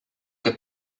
que